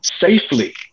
safely